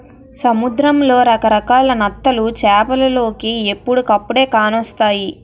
సముద్రంలో రకరకాల నత్తలు చేపలోలికి ఎప్పుడుకప్పుడే కానొస్తాయి